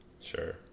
Sure